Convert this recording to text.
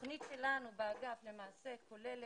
התוכנית שלנו באגף למעשה כוללת,